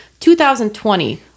2020